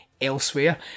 elsewhere